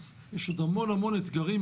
ויש עוד הרבה אתגרים,